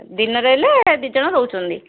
ଦିନରେ ହେଲେ ଦୁଇଜଣ ରହୁଛନ୍ତି